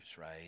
right